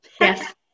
Yes